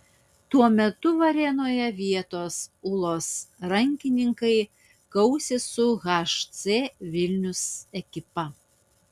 tuo metu varėnoje vietos ūlos rankininkai kausis su hc vilnius ekipa